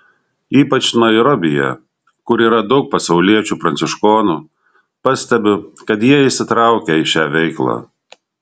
ypač nairobyje kur yra daug pasauliečių pranciškonų pastebiu kad jie įsitraukę į šią veiklą